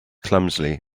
clumsily